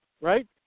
right